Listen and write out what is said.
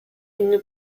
une